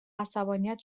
عصبانیت